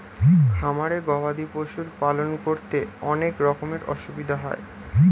খামারে গবাদি পশুর পালন করতে অনেক রকমের অসুবিধা হয়